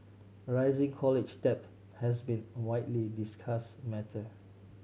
rising college debt has been a widely discuss matter